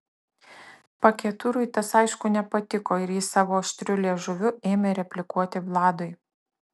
paketurui tas aišku nepatiko ir jis savo aštriu liežuviu ėmė replikuoti vladui